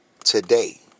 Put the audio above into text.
Today